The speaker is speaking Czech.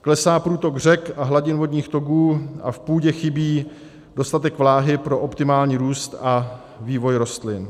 Klesá průtok řek a hladin vodních toků a v půdě chybí dostatek vláhy pro optimální růst a vývoj rostlin.